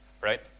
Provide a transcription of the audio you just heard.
right